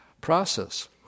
process